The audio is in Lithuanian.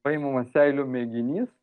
paimamas seilių mėginys